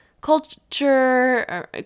culture